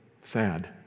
sad